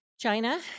China